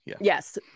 Yes